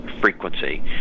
frequency